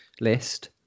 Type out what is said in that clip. list